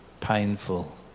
painful